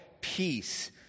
peace